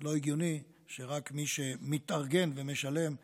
לא הגיוני שרק מי שמתארגן ומשלם ייהנה,